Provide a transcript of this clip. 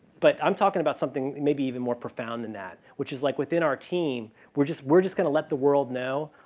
but i'm talking about something that may be even more profound than that, which is like within our team, we're just we're just going to let the world know,